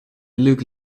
looked